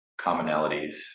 commonalities